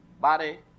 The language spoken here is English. body